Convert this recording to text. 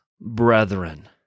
brethren